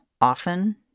often